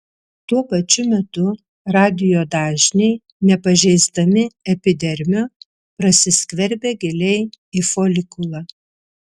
tuo pačiu metu radijo dažniai nepažeisdami epidermio prasiskverbia giliai į folikulą